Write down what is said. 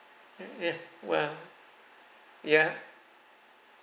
uh ya well ya